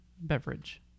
beverage